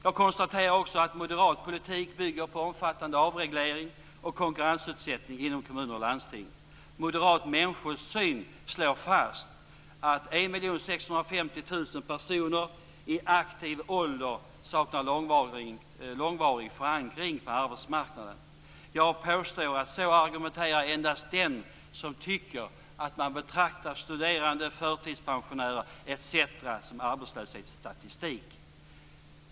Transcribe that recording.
Jag konstaterar också att moderat politik bygger på omfattande avreglering och konkurrensutsättning inom kommuner och landsting. Moderat människosyn slår fast att 1 650 000 personer i aktiv ålder saknar långvarig förankring på arbetsmarknaden. Jag påstår att så argumenterar endast den som tycker att man skall betrakta studerande, förtidspensionärer etc. som arbetslöshetsstatistik.